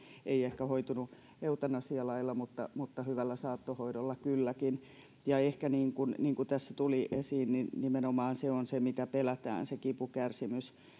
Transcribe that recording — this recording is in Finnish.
ei ehkä olisi hoitunut eutanasialailla mutta mutta hyvällä saattohoidolla kylläkin niin kuin niin kuin tässä tuli esiin niin ehkä se mitä pelätään on nimenomaan se kipukärsimys